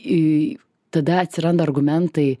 į tada atsiranda argumentai